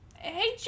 Hey